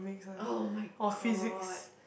oh-my-god